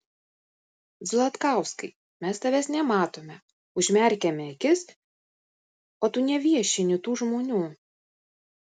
zlatkauskai mes tavęs nematome užmerkiame akis o tu neviešini tų žmonių